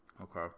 Okay